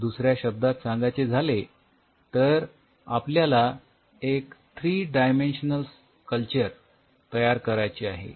दुसऱ्या शब्दांत सांगायचे झाले तर आपल्याला एक थ्री डायमेन्शनल कल्चर तयार करायचे आहे